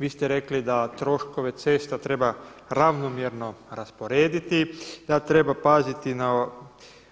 Vi ste rekli da troškove cesta treba ravnomjerno rasporedit, da treba paziti na